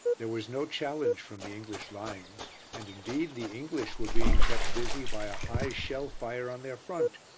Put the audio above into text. there was no challenge from the english lines and indeed the english were being kept busy by a high shell-fire on their front.